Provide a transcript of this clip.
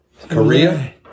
Korea